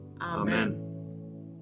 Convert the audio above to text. Amen